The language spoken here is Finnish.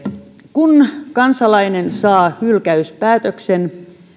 kun kansalainen saa hylkäyspäätöksen